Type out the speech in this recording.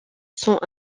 sont